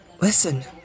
Listen